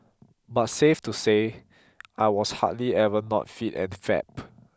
but safe to say I was hardly ever not fit and fab